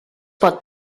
pot